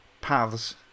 paths